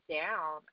down